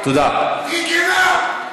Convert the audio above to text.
תהיי כנה תודה,